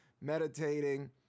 meditating